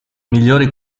migliori